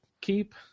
keep